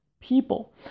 people